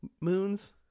moons